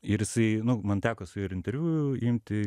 ir jisai nu man teko su juo ir interviu imti